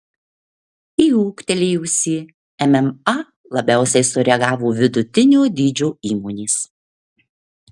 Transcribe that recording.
į ūgtelėjusį mma labiausiai sureagavo vidutinio dydžio įmonės